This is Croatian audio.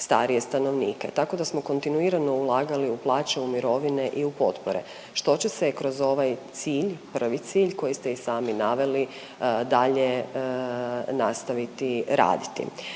starije stanovnike, tako da smo kontinuirano ulagali u plaće, u mirovine i u potpore što će se kroz ovaj cilj, prvi cilj koji ste i sami naveli dalje nastaviti raditi.